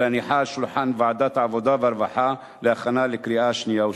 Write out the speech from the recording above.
ולהניחה על שולחן ועדת העבודה והרווחה להכנה לקריאה שנייה ושלישית.